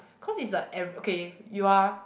cause it's a av~ okay you are